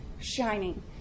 shining